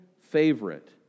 favorite